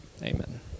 Amen